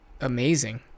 amazing